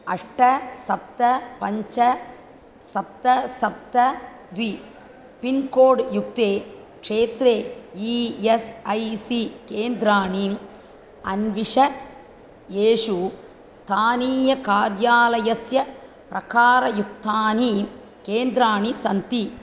अष्ट सप्त पञ्च सप्त सप्त द्वि पिन्कोड्युक्ते क्षेत्रे ई एस् ऐ सी केन्द्राणि अन्विष येषु स्थानीयकार्यालयस्य प्रकारयुक्तानि केन्द्राणि सन्ति